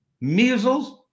measles